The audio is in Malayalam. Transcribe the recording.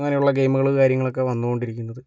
അങ്ങനെയുള്ള ഗെയിമുകൾ കാര്യങ്ങളൊക്കെ വന്നുകൊണ്ടിരിക്കുന്നത്